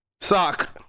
Sock